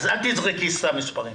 אז אל תזרקי סתם מספרים.